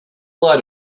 load